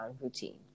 routine